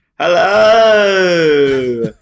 Hello